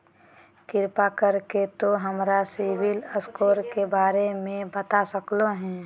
कृपया कर के तों हमर सिबिल स्कोर के बारे में बता सकलो हें?